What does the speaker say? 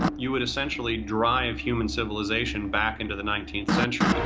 you would essentially drive human civilization back into the nineteenth century